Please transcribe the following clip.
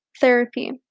Therapy